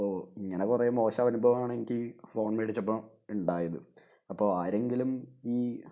അപ്പോൾ ഇങ്ങനെ കുറേ മോശം അനുഭവമാണ് എനിക്ക് ഈ ഫോൺ മേടിച്ചപ്പോൾ ഉണ്ടായത് അപ്പോൾ ആരെങ്കിലും ഇ